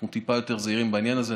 אנחנו טיפה יותר זהירים בעניין הזה.